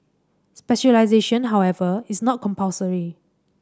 specialisation however is not compulsory